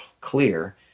clear